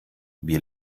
wir